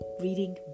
reading